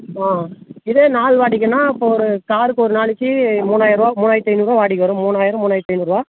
ஆ இதே நாள் வாடகைன்னா இப்போ கார்க்கு ஒரு நாளைக்கி மூணாயிரரூவா மூணாயிரத்து ஐநூறுரூவா வாடகை வரும் மூணாயிரம் மூணாயிரத்து ஐநூறுரூவா